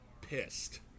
pissed